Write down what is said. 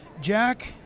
Jack